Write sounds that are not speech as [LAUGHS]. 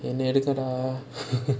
என்ன எடுங்கடா:enna edungadaa [LAUGHS]